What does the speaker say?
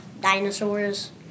dinosaurs